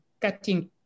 cutting